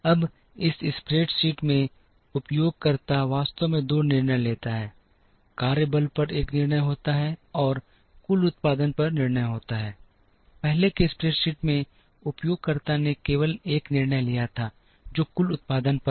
अब इस स्प्रेडशीट में उपयोगकर्ता वास्तव में 2 निर्णय लेता है कार्यबल पर एक निर्णय होता है और कुल उत्पादन पर निर्णय होता है पहले के स्प्रेडशीट में उपयोगकर्ता ने केवल एक निर्णय लिया था जो कुल उत्पादन पर है